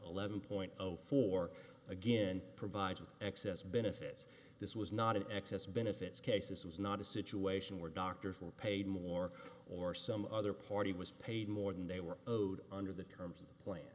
eleven point zero four again provides an excess benefits this was not in excess benefits cases was not a situation where doctors were paid more or some other party was paid more than they were owed under the terms of the plan